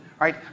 right